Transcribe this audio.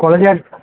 কবে থেকে আস